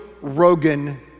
Rogan